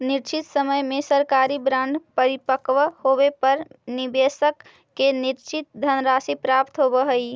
निश्चित समय में सरकारी बॉन्ड परिपक्व होवे पर निवेशक के निश्चित धनराशि प्राप्त होवऽ हइ